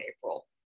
April